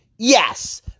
Yes